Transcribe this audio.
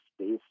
space